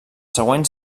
següents